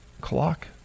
clock